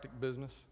business